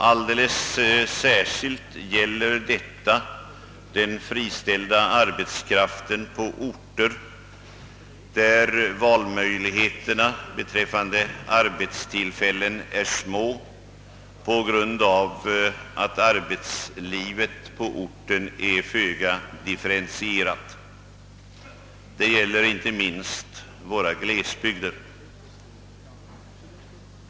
Alldeles särskilt gäller detta den friställda arbetskraften på orter där valmöjligheterna beträffande arbetstillfällen är små på grund av att arbetslivet på orten är föga differentierat. Detta gäller inte minst våra glesbygder.